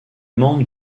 membre